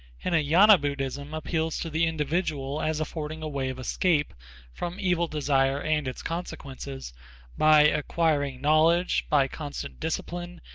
hinayana buddhism appeals to the individual as affording a way of escape from evil desire and its consequences by acquiring knowledge, by constant discipline,